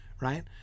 right